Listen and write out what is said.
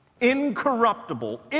incorruptible